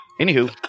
Anywho